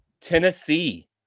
Tennessee